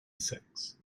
six